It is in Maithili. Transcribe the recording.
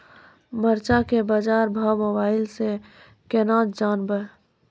मरचा के बाजार भाव मोबाइल से कैनाज जान ब?